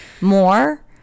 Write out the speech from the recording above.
more